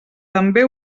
també